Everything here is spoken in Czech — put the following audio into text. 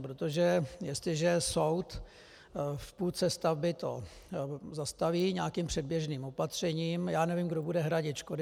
Protože jestliže soud v půlce stavby to zastaví nějakým předběžným opatřením, já nevím, kdo bude hradit škody.